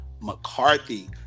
McCarthy